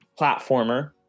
platformer